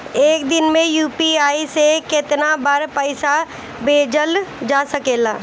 एक दिन में यू.पी.आई से केतना बार पइसा भेजल जा सकेला?